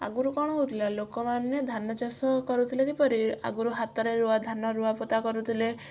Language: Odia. ଆଗରୁ କ'ଣ ହଉଥିଲା ଲୋକମାନେ ଧାନ ଚାଷ କରୁଥିଲେ ଫେରେ ଆଗରୁ ହାତରେ ରୁଆ ଧାନ ରୁଆ ପୋତା କରୁଥିଲେ